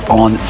on